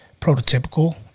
prototypical